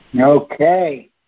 Okay